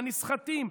הנסחטים,